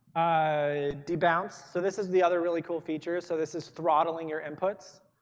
ah debounce, so this is the other really cool feature, so this is throttling your inputs.